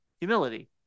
humility